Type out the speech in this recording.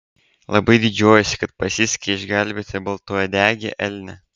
labai didžiuojuosi kad pasisekė išgelbėti baltauodegį elnią